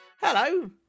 Hello